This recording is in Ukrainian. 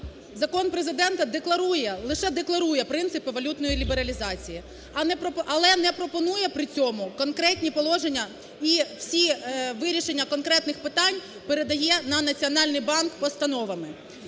Закон Президента декларує, лише декларує принципи валютної лібералізації, але не пропонує при цьому конкретні положення і всі… вирішення конкретних питань передає на Національний банк постановами.